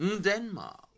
Denmark